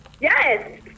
Yes